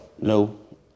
No